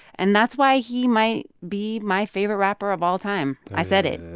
and that's why he might be my favorite rapper of all time. i said it